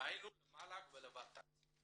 דהיינו למל"ג ולות"ת.